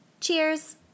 Cheers